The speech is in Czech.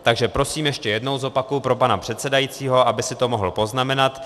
Takže ještě jednou zopakuji pro pana předsedajícího, aby si to mohl poznamenat.